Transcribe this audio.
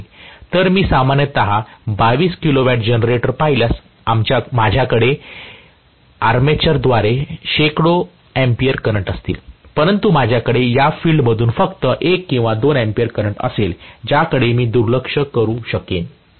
तर मी सामान्यपणे 22 KW जनरेटर पाहिल्यास माझ्याकडे आर्मेचरद्वारे शेकडो अँपिअर करंट असतील परंतु माझ्याकडे या फिल्ड मधून फक्त 1 किंवा 2 अँपिअर करंट असेल ज्याकडे मी दुर्लक्ष करू शकेन